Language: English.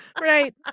Right